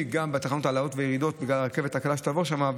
בתחנות העלאות וירידות בגלל הרכבת הקלה שתעבור שם,